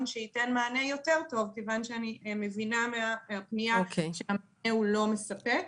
שייתן מענה טוב יותר כיוון שאני מבינה מהפניה שהמענה לא מספק.